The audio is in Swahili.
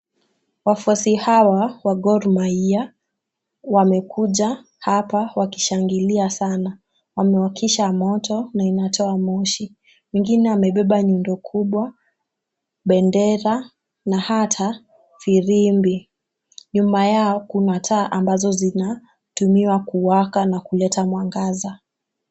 Wafuasi hawa wa Gor Mahia wamekuja hapa wakishangilia sana. Wamewakisha moto na inatoa moshi. Wengine wamebeba nyundo kubwa, bendera na hata firimbi. Nyuma yao kuna taa ambazo zinatumiwa kuwaka na kuleta mwangaza.